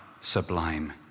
sublime